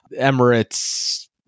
Emirates